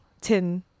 tin